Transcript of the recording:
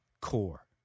core